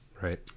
Right